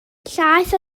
llaeth